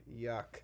yuck